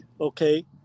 okay